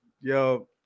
yo